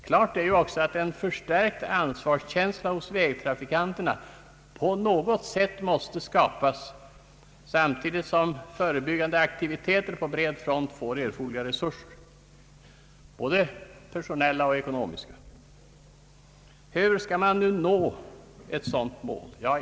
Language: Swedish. Klart är också att en förstärkt ansvarskänsla hos vägtrafikanterna på något sätt måste skapas, samtidigt som förebyggande aktiviteter på bred front får erforderliga resurser, både personella och ekonomiska. Hur skall man nå ett sådant mål?